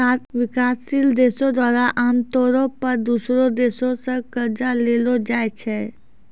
विकासशील देशो द्वारा आमतौरो पे दोसरो देशो से कर्जा लेलो जाय छै